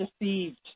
deceived